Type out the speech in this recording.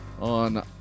on